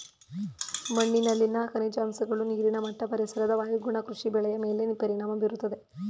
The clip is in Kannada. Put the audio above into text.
ಮಣ್ಣಿನಲ್ಲಿನ ಖನಿಜಾಂಶಗಳು, ನೀರಿನ ಮಟ್ಟ, ಪರಿಸರದ ವಾಯುಗುಣ ಕೃಷಿ ಬೆಳೆಯ ಮೇಲೆ ಪರಿಣಾಮ ಬೀರುತ್ತದೆ